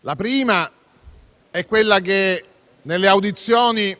La prima è quella che nelle audizioni